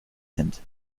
sind